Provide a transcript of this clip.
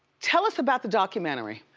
tell us about the documentary.